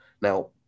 Now